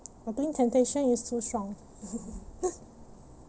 I think temptation is too strong